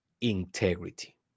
integrity